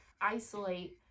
isolate